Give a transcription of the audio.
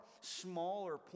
smaller